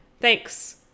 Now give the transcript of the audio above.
Thanks